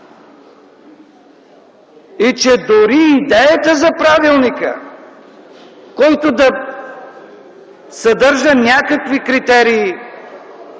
и че дори идеята за правилника, който да съдържа някакви критерии,